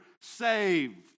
saved